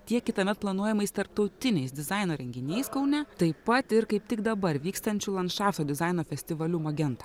tiek kitąmet planuojamais tarptautiniais dizaino renginiais kaune taip pat ir kaip tik dabar vykstančiu landšafto dizaino festivaliu magenta